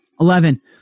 Eleven